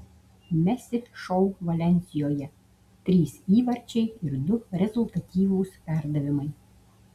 messi šou valensijoje trys įvarčiai ir du rezultatyvūs perdavimai